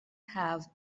have